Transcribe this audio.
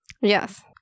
Yes